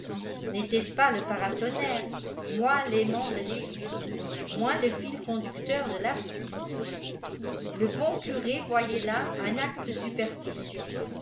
était-ce pas le paratonnerre moins l'aimant de l'aiguille moins le fil conduc teur de la foudre le bon curé voyait là un acte de superstition